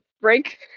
break